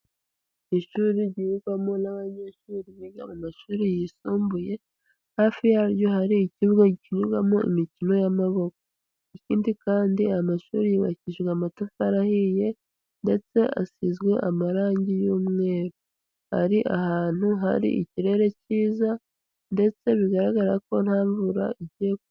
Ishuri ryigwamo n'abanyeshuri biga mu mashuri yisumbuye, hafi yaryo hari ikibuga gikinirwamo imikino y'amaboko. Ikindi kandi amashuri yubakishijwe amatafari ahiye, ndetse asizwe amarangi y'umweru. Ari ahantu hari ikirere cyiza, ndetse bigaragara ko nta mvura igiye kugwa.